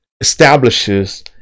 establishes